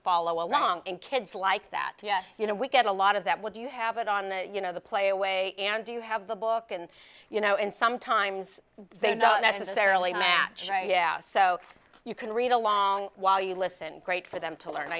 follow along and kids like that yes you know we get a lot of that would you have it on you know the play away and do you have the book and you know and sometimes they don't necessarily match yeah so you can read along while you listen great for them to learn